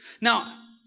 Now